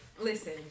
listen